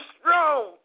strong